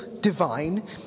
divine